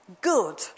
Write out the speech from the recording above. good